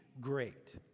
great